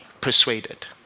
persuaded